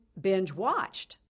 binge-watched